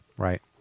Right